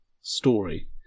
story